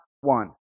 one